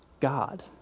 God